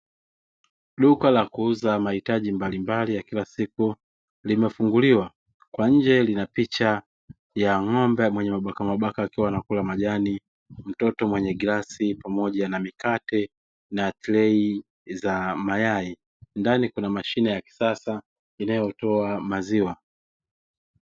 Duka la kuuza mahitaji mbalimbali ya kila siku limefunguliwa kwa nje lina picha ya ng'ombe mwenye mabaka mabaka akiwa anakula majani, mtoto mwenye glasi pamoja na mikate na trei za mayai; ndani kuna mashine ya kisasa inayotoa maziwa.